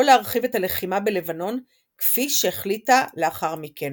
להרחיב את הלחימה בלבנון כפי שהחליטה לאחר מכן.